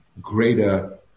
greater